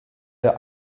der